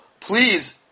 please